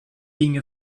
being